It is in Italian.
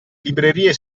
librerie